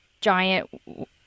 giant